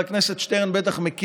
יש